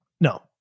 No